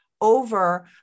over